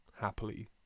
happily